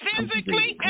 Physically